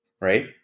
right